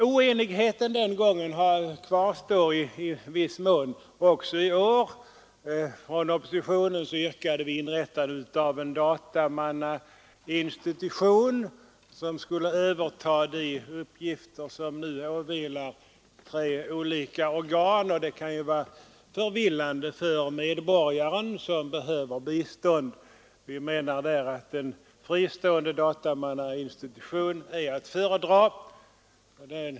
Oenigheten den gången kvarstår till en del också i år. Från oppositionens sida yrkade vi att en dataombudsmannainstitution skulle inrättas. Den skulle överta de uppgifter som nu åvilar tre olika organ, vilket kan vara förvillande för medborgaren som behöver bistånd. Vi menar att en fristående dataombudsman är att föredra.